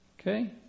Okay